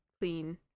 clean